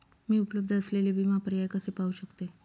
मी उपलब्ध असलेले विमा पर्याय कसे पाहू शकते?